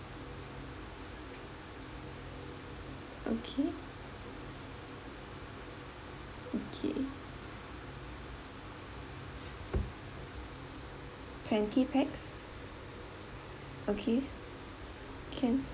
okay okay twenty pax okay can